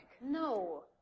No